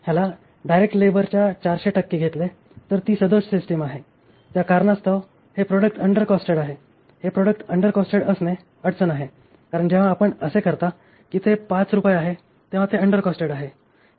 हयाला direct labour च्या 400 टक्के घेतले तर ती सदोष सिस्टिम आहे त्या कारणास्तव हे प्रॉडक्ट अंडर कॉस्टेड आहे हे प्रॉडक्ट अंडर कॉस्टेड असणं अडचण आहे कारण जेव्हा आपण असे म्हणता की ते 5 रुपये आहे तेव्हा हे अंडर कॉस्टेड आहे